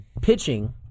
pitching